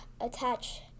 attach